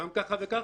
בין כה וכה,